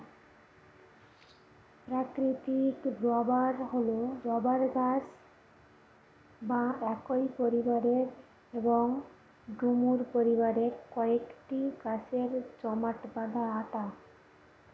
প্রাকৃতিক রবার হল রবার গাছ বা একই পরিবারের এবং ডুমুর পরিবারের কয়েকটি গাছের জমাট বাঁধা আঠা